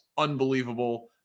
unbelievable